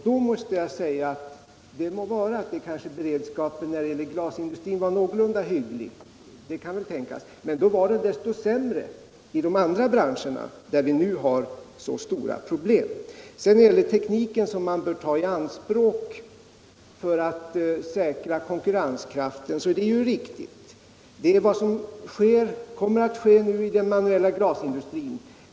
Det må vara att beredskapen internt i departementet beträffande glasindustrin var någorlunda hygglig, men den var tydligen från regeringens sida desto sämre i de andra branscher som nu har så stora problem. Det är riktigt att tekniken skall tas i anspråk för att säkra konkurrenskraften. Så kommer att ske i den manuella glasindustrin.